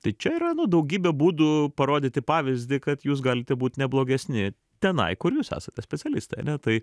tai čia yra nu daugybė būdų parodyti pavyzdį kad jūs galite būt neblogesni tenai kur jūs esate specialistai ane tai